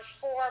four